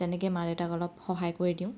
তেনেকৈ মা দেউতাক অলপ সহায় কৰি দিওঁ